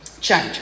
change